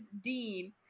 Dean